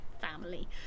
family